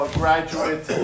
graduate